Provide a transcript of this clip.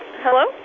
Hello